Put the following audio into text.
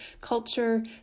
culture